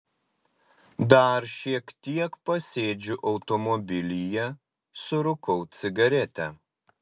dar šiek tiek pasėdžiu automobilyje surūkau cigaretę